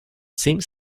seems